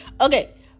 Okay